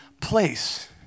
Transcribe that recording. place